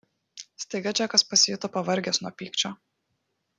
staiga džekas pasijuto pavargęs nuo pykčio